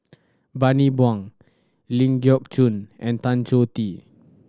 Bani Buang Ling Geok Choon and Tan Choh Tee